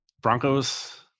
Broncos